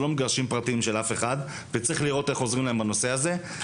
זה לא מגרשים פרטיים של אף אחד וצריך לראות איך עוזרים להם בדבר הזה.